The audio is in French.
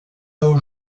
nos